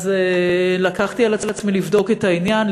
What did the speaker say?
אז לקחתי על עצמי לבדוק את העניין,